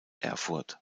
erfurt